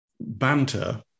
banter